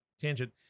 tangent